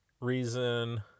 reason